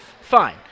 Fine